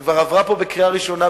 שכבר עברה פה בקריאה ראשונה,